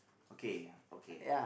okay okay